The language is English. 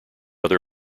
other